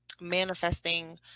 manifesting